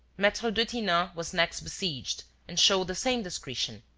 maitre detinan was next besieged and showed the same discretion.